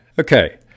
okay